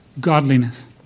godliness